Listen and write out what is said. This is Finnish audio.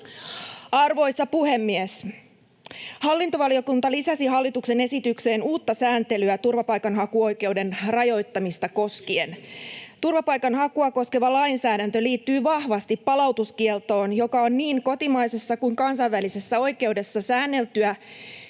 Arvoisa puhemies! Hallintovaliokunta lisäsi hallituksen esitykseen uutta sääntelyä turvapaikanhakuoikeuden rajoittamista koskien. [Perussuomalaisten ryhmästä: Yksimielisesti!] Turvapaikanhakua koskeva lainsäädäntö liittyy vahvasti palautuskieltoon, joka on niin kotimaisessa kuin kansainvälisessä oikeudessa säänneltyä